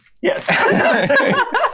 Yes